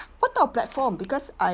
what type of platform because I